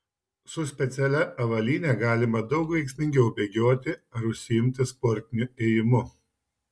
su specialia avalyne galima daug veiksmingiau bėgioti ar užsiimti sportiniu ėjimu